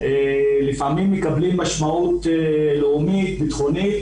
לפעמים מקבלים משמעות לאומית ביטחונית